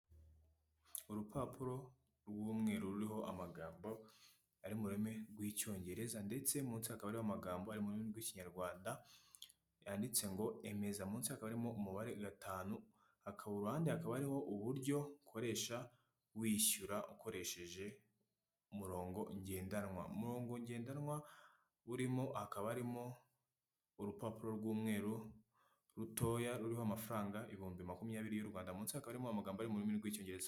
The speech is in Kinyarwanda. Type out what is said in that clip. Urupapuro rw'umweru ruriho amagambo ari mu rurimi rw'icyongereza ndetse munsi hakaba hariho amagambo ari rurimi rw'ikinyarwanda yanditse ngo emeza munsi hakaba harimo umubare gatanu hakabu uruhande hakaba ari uburyo ukoresha wishyura ukoresheje umurongo ngendanwa mungo ngendanwa burimo akaba arimo urupapuro rw'umweru rutoya ruriho amafaranga ibihumbi makumyabiri y'u Rwanda muka harimo amagambo y'ururimi rw'icyongereza.